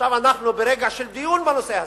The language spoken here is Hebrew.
עכשיו אנחנו ברגע של דיון בנושא הזה,